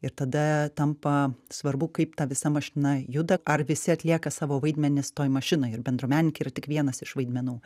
ir tada tampa svarbu kaip ta visa mašina juda ar visi atlieka savo vaidmenis toj mašinoj ir bendruomenininkė yra tik vienas iš vaidmenų